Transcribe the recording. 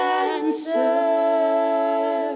answer